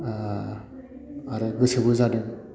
आरो गोसोबो जादों